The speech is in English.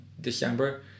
December